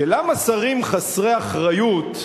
למה שרים חסרי אחריות,